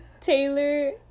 Taylor